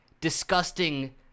disgusting